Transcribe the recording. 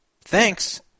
thanks